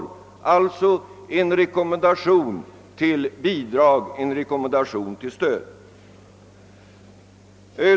Det är alltså en rekommendation till bidrag, en rekommendation till stöd.